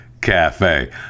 cafe